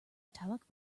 atomic